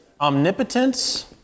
omnipotence